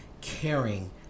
caring